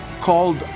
called